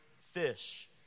fish